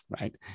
right